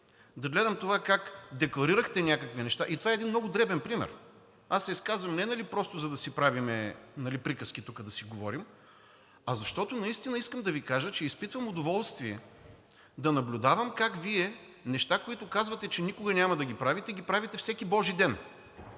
да гледам това как декларирахте някакви неща и това е един много дребен пример. Аз се изказвам не просто да си правим приказки тук да си говорим, а защото наистина искам да Ви кажа, че изпитвам удоволствие да наблюдавам как Вие неща, които казвате, че никога няма да ги правите, ги правите всеки божи ден